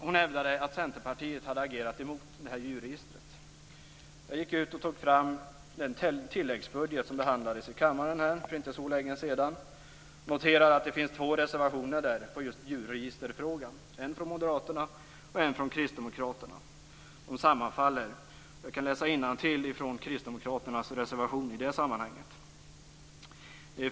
Hon hävdade att Centerpartiet hade agerat emot detta djurregister. Jag tog fram den tilläggsbudget som behandlades här i kammaren för inte så länge sedan. Jag noterar där att det finns två reservationer i just djurregisterfrågan, en från moderaterna och en från kristdemokraterna. De sammanfaller. Jag kan läsa innantill från Kristdemokraternas reservation i det sammanhanget.